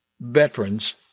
Veterans